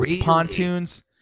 Pontoons